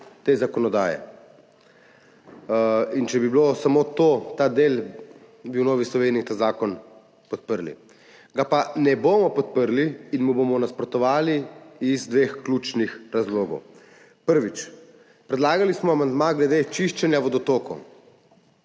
te zakonodaje. In če bi bilo samo to, ta del, bi v Novi Sloveniji ta zakon podprli. Ga pa ne bomo podprli in mu bomo nasprotovali iz dveh ključnih razlogov. Prvič, predlagali smo amandma glede čiščenja vodotokov.